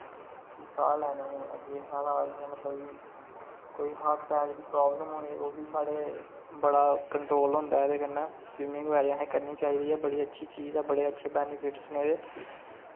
साह् लैने अग्गैं साढ़ा इयां मतलब कि कोई हाट टैक दी प्राब्लम होऐ ओह् बी साढ़े बड़ा कंट्रोल होंदा एह्दे कन्नै स्विमिंग बगैरा असें करनी चाहिदी ऐ बड़ी अच्छी चीज़ ऐ बड़े अच्छे बैनिफिटस न एह्दे